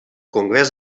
congrés